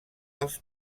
els